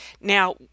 Now